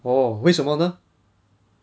oh 为什么呢